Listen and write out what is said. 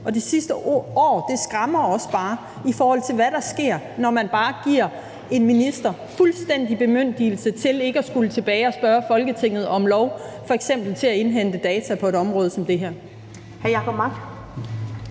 og det sidste år skræmmer også bare, i forhold til hvad der sker, når man bare giver en minister fuldstændig bemyndigelse til ikke at skulle tilbage og spørge Folketinget om lov til f.eks. at indhente data på et område som det her.